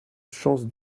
chance